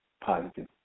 positive